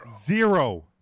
Zero